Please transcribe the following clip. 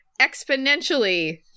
exponentially